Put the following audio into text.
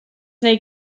neu